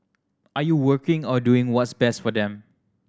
are you working or doing what's best for them